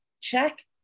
check